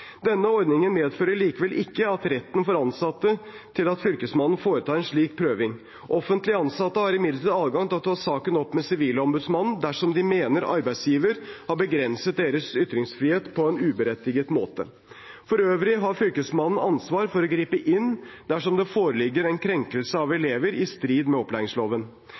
Denne ordningen medfører likevel ikke en rett for ansatte til at Fylkesmannen foretar en slik prøving. Offentlig ansatte har imidlertid adgang til å ta saken opp med Sivilombudsmannen dersom de mener arbeidsgiver har begrenset deres ytringsfrihet på en uberettiget måte. For øvrig har Fylkesmannen ansvar for å gripe inn dersom det foreligger en krenkelse av elever i strid med opplæringsloven.